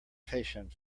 patient